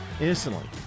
instantly